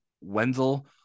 Wenzel